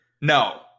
No